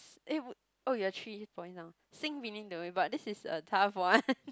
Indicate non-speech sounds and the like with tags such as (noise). eh would oh you're three point now sing beneath the way but this is a tough one (laughs)